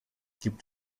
gibt